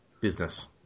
business